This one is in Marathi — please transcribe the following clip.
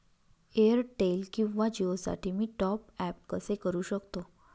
एअरटेल किंवा जिओसाठी मी टॉप ॲप कसे करु शकतो?